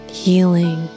healing